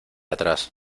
atrás